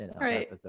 right